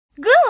Good